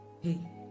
hey